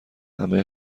همه